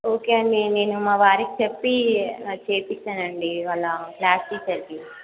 okay అండి నేను మా వారికి చెప్పి చేయిస్తాను అండి వాళ్ళ క్లాస్ టీచర్కి